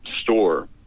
store